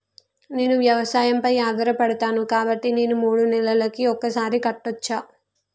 నేను వ్యవసాయం పై ఆధారపడతాను కాబట్టి నేను మూడు నెలలకు ఒక్కసారి కట్టచ్చా?